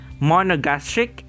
monogastric